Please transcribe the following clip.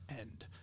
end